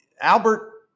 Albert